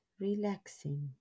relaxing